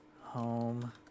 home